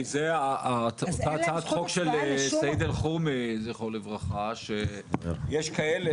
כי זה אותה הצעת חוק של סיידר חומי זכרו לברכה שיש כאלה